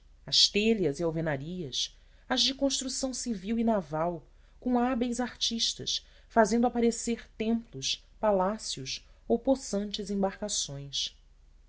as telhas e alvenarias as de construção civil e naval com hábeis artistas fazendo aparecer templos palácios ou possantes embarcações